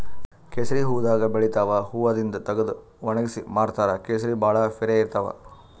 ಕೇಸರಿ ಹೂವಾದಾಗ್ ಬೆಳಿತಾವ್ ಹೂವಾದಿಂದ್ ತಗದು ವಣಗ್ಸಿ ಮಾರ್ತಾರ್ ಕೇಸರಿ ಭಾಳ್ ಪಿರೆ ಇರ್ತವ್